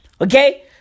Okay